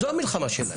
זו המלחמה שלהם.